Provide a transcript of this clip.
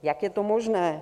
Jak je to možné?